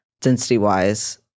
density-wise